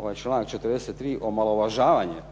ovaj članak 43. omalovažavanje